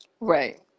Right